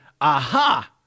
aha